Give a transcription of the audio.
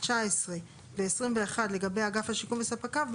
19 ו-21 לגבי אגף השיקום וספקיו,